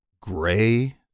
gray